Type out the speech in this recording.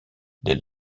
des